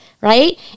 Right